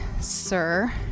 sir